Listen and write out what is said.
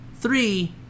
three